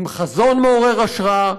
עם חזון מעורר השראה,